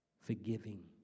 forgiving